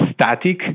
static